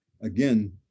Again